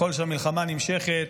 ככל שהמלחמה נמשכת,